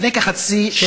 לפני כחצי שנה,